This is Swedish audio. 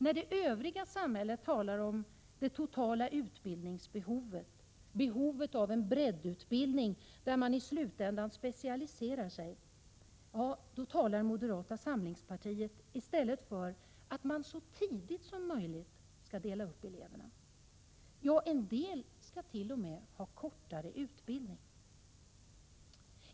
När det övriga samhället talar om det totala utbildningsbehovet, behovet av en breddutbildning där man i slutändan specialiserar sig, då talar moderata samlingspartiet i stället för att man så tidigt som möjligt skall dela upp eleverna. Ja, en del skallt.o.m. ha kortare utbildning.